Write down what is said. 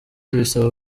tubisaba